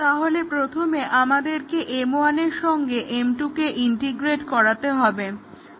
তাহলে প্রথমে আমাদেরকে M1 এর সঙ্গে M2 কে ইন্টিগ্রেট করতে হবে